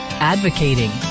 advocating